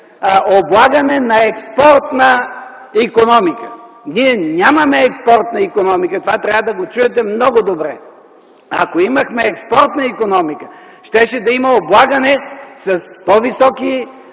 облагане на експортна икономика. Ние нямаме експортна икономика. Това трябва да го чуете много добре. Ако имахме експортна икономика щеше да има облагане с по-високи